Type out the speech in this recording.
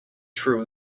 true